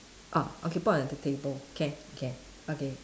ah okay put on the t~ table can can okay